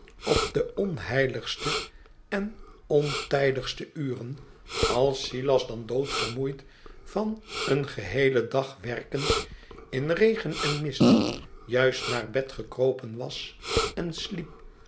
op de onheiligste en ontijdigste uren als silas dan doodvermoeid van een geheelen dag werkens in regen en mist juist naar bed gekropen was en sliep